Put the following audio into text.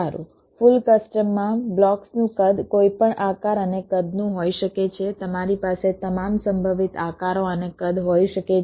સારું ફુલ કસ્ટમમાં બ્લોક્સનું કદ કોઈપણ આકાર અને કદનું હોઈ શકે છે તમારી પાસે તમામ સંભવિત આકારો અને કદ હોઈ શકે છે